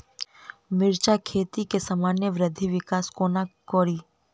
मिर्चा खेती केँ सामान्य वृद्धि विकास कोना करि?